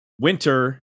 Winter